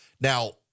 Now